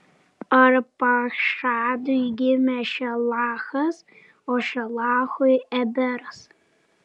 arpachšadui gimė šelachas o šelachui eberas